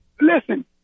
Listen